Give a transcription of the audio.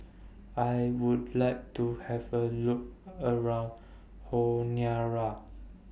I Would like to Have A Look around Honiara